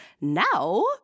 Now